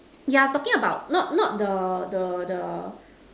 yeah talking about not not the the the